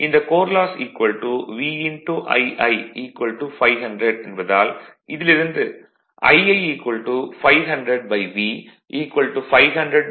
இந்த core loss V Ii 500 என்பதால் இதிலிருந்து Ii 500V 500288